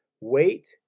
Wait